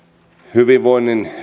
hyvinvoinnin